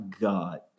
God